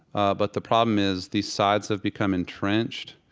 ah but the problem is, these sides have become entrenched.